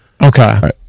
Okay